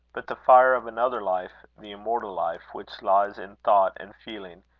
but the fire of another life, the immortal life, which lies in thought and feeling,